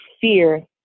fear